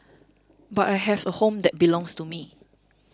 but I have a home that belongs to me